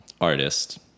artist